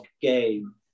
game